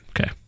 Okay